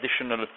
additional